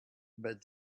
but